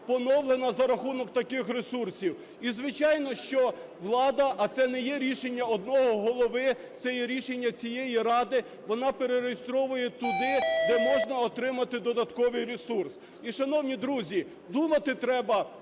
поновлена за рахунок таких ресурсів? І, звичайно, що влада - а це не є рішення одного голови, це є рішення цієї ради, - вона перереєстровує туди, де можна отримати додатковий ресурс. І, шановні друзі, думати треба